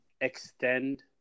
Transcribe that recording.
extend